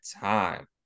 time